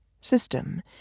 system